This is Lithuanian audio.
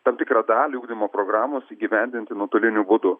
tam tikrą dalį ugdymo programos įgyvendinti nuotoliniu būdu